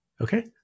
Okay